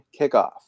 kickoff